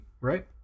right